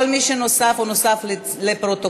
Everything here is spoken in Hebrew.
כל מי שנוסף הוא נוסף לפרוטוקול,